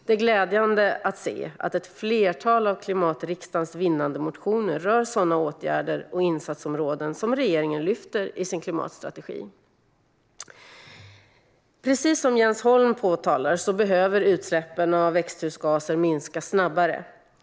Det är glädjande att se att ett flertal av klimatriksdagens vinnande motioner rör sådana åtgärder och insatsområden som regeringen lyfter fram i sin klimatstrategi. Precis som Jens Holm påtalar behöver utsläppen av växthusgaser minska snabbare.